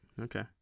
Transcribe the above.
Okay